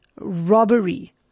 robbery